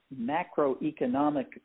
macroeconomic